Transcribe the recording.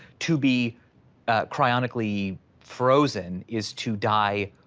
to be cryogenically frozen is to die,